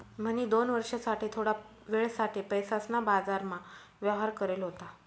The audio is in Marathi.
म्हणी दोन वर्ष साठे थोडा वेळ साठे पैसासना बाजारमा व्यवहार करेल होता